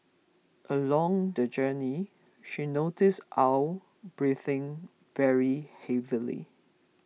along the journey she noticed Aw breathing very heavily